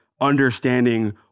understanding